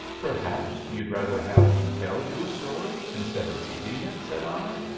perhaps you'd rather have me tell you a story instead of reading it, said i.